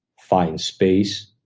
find space,